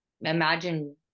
imagine